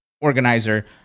organizer